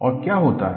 और क्या होता है